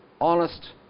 honest